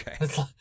okay